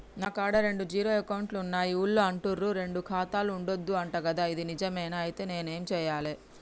నా కాడా రెండు జీరో అకౌంట్లున్నాయి ఊళ్ళో అంటుర్రు రెండు ఖాతాలు ఉండద్దు అంట గదా ఇది నిజమేనా? ఐతే నేనేం చేయాలే?